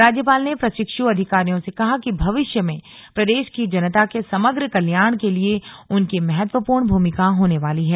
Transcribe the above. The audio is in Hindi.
राज्यपाल ने प्रशिक्षु अधिकारियों से कहा कि भविष्य में प्रदेश की जनता के समग्र कल्याणके लिए उनकी महत्त्वपूर्ण भूमिका होने वाली है